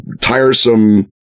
tiresome